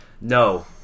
No